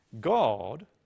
God